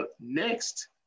Next